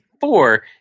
Four